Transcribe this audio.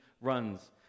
runs